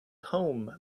home